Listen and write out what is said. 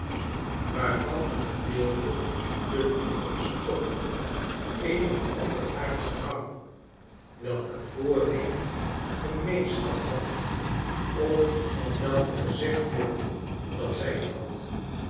waarvan een gedeelte den toegang stopte eener onderaardsche gang welke voorheen gemeenschap had of van welke gezegd wordt dat zij die had